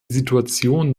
situation